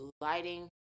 lighting